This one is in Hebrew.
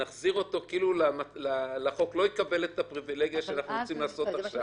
הוא לא יקבל את הפריווילגיה שאנחנו רוצים לעשות עכשיו,